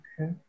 Okay